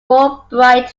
fulbright